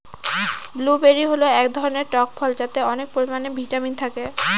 blueberry হল এক ধরনের টক ফল যাতে অনেক পরিমানে ভিটামিন থাকে